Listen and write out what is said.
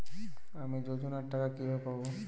আমি যোজনার টাকা কিভাবে পাবো?